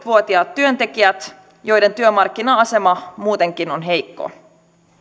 vuotiaat työntekijät joiden työmarkkina asema muutenkin on heikko